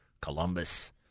Columbus